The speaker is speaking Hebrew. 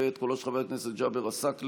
ואת קולו של חבר הכנסת ג'אבר עסאקלה.